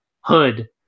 hood